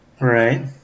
Right